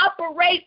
operate